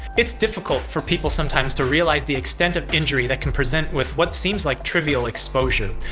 it's difficult for people sometimes to realize the extent of injury that can present with what seems like trivial exposure.